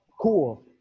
cool